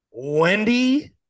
Wendy